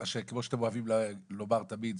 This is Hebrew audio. כמו שאתם אוהבים לומר תמיד,